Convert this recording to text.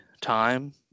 time